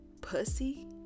pussy